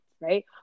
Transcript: right